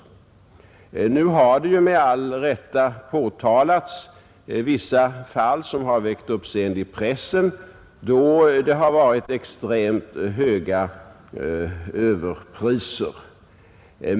Nu har med all rätt påtalats vissa fall som väckt uppmärksamhet i pressen, varvid det varit fråga om extremt höga överpriser.